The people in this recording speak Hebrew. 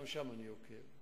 גם שם אני עוקב.